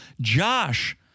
Josh